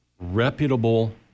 reputable